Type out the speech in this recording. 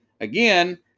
again